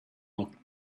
looked